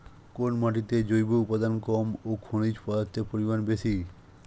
কোন মাটিতে জৈব উপাদান কম ও খনিজ পদার্থের পরিমাণ বেশি?